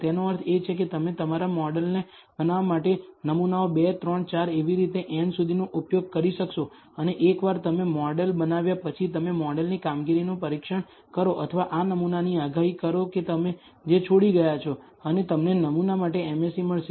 તેનો અર્થ એ કે તમે તમારા મોડેલને બનાવવા માટે નમૂનાઓ 2 3 4 એવી રીતે n સુધી નો ઉપયોગ કરી શકશો અને એકવાર તમે મોડેલ બનાવ્યા પછી તમે મોડેલની કામગીરીનું પરીક્ષણ કરો અથવા આ નમૂનાની આગાહી કરો કે તમે જે છોડી ગયા છો અને તમને નમૂના માટે MSE મળશે